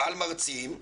על מרצים,